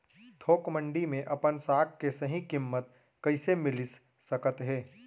थोक मंडी में अपन साग के सही किम्मत कइसे मिलिस सकत हे?